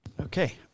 Okay